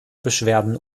beschwerden